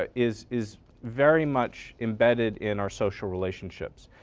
ah is is very much embedded in our social relationships.